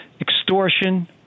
extortion